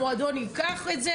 המועדון ייקח את זה